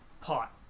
pot